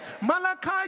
Malachi